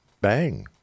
bang